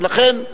ולכן,